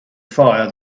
fire